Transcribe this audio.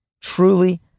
Truly